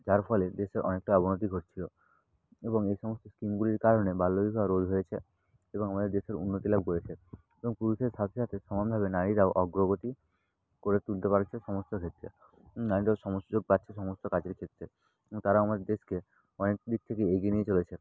যার ফলে দেশে অনেকটাই অবনতি ঘটছিলো এবং এই সমস্ত স্কিমগুলির কারণে বাল্য বিবাহ রোধ হয়েছে এবং আমাদের দেশের উন্নতি লাভ করেছে এবং পুরুষের সাথে সাথে সমানভাবে নারীরাও অগ্রগতি করে তুলতে পারছে সমস্ত ক্ষেত্রে নারীরাও সময় সুযোগ পাচ্ছে সমস্ত কাজের ক্ষেত্রে তারা আমাদের দেশকে অনেক দিক থেকে এগিয়ে নিয়ে চলেছে